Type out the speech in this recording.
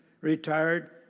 retired